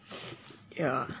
yeah